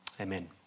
Amen